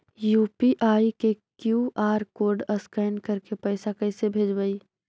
UPI के QR code scan करके पैसा कैसे भेजबइ?